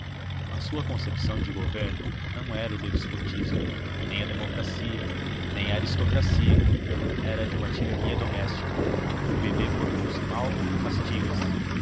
a sua concepção de governo não era o despotismo nem a democracia nem a aristocracia era a de uma tirania doméstica o bebê portou-se mal castiga se